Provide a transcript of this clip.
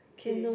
K